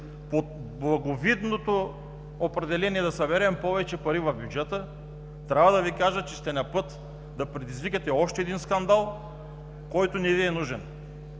От благовидното определение „да съберем повече пари в бюджета” трябва да Ви кажа, че сте на път да предизвикате още един скандал, който не ни е нужен.